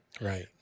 Right